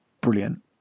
brilliant